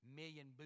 million